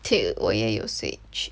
kay 我也有 switch